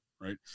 Right